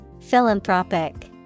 Philanthropic